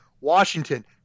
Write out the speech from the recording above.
Washington